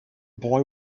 boy